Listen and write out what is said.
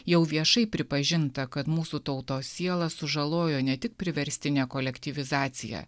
jau viešai pripažinta kad mūsų tautos sielą sužalojo ne tik priverstinė kolektyvizacija